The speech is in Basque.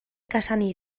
cassany